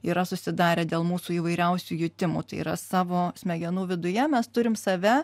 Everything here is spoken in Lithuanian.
yra susidarę dėl mūsų įvairiausių jutimų tai yra savo smegenų viduje mes turim save